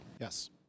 Yes